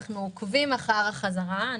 אנחנו עוקבים אחר החזרה.